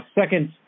second